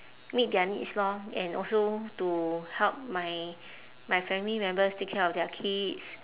meet their needs lor and also to help my my family members take care of their kids